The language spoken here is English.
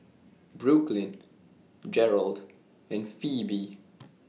Brooklyn Gearld and Phebe